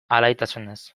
alaitasunez